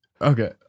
okay